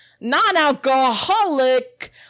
Non-alcoholic